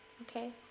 okay